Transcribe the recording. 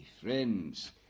Friends